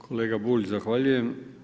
Kolega Bulj zahvaljujem.